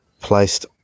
placed